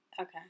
Okay